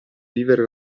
vivere